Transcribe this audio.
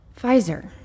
Pfizer